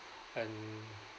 and